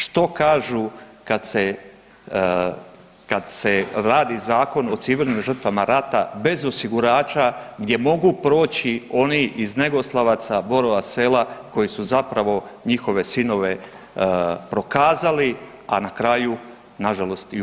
Što kažu kad se radi Zakon o civilnim žrtvama rata bez osigurača gdje mogu proći oni iz Negoslavaca, Borova Sela koji su zapravo njihove sinove prokazali, a na kraju na žalost i ubili.